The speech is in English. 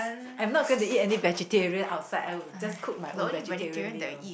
I am not going to eat any vegetarian outside I'll just cook my own vegetarian meal